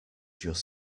just